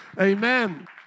Amen